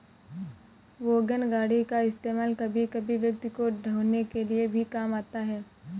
wagon गाड़ी का इस्तेमाल कभी कभी व्यक्ति को ढ़ोने के लिए भी काम आता है